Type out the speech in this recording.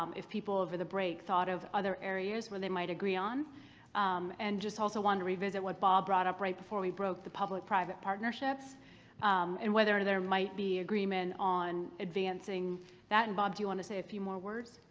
um if people over the break thought of areas where they might agree on and just also wanted to revisit what bob brought up right before we broke, the public-private partnerships and whether and there might be agreement on advancing that and bob do you want to say a few more words?